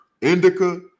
indica